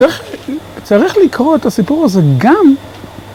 ‫צריך לקרוא את הסיפור הזה גם...